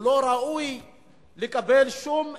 הוא לא ראוי לקבל שום אמון.